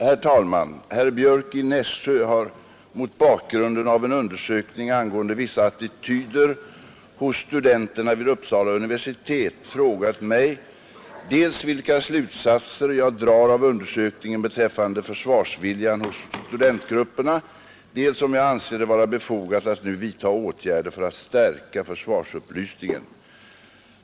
Herr talman! Herr Björck i Nässjö har mot bakgrunden av en undersökning angående vissa attityder hos studenterna vid Uppsala universitet frågat mig dels vilka slutsatser jag drar av undersökningen beträffande försvarsviljan hos studentgrupperna, dels om jag anser det vara befogat att nu vidta åtgärder för att stärka försvarsupplysningen.